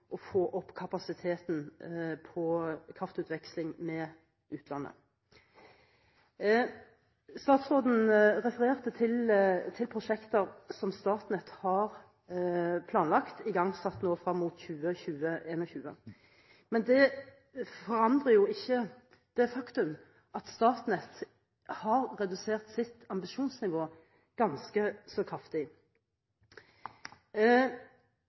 å få opp kapasiteten på kraftutveksling med utlandet. Statsråden refererte til prosjekter som Statnett har planlagt igangsatt nå frem mot 2021, men det forandrer jo ikke det faktum at Statnett har redusert sitt ambisjonsnivå ganske så kraftig.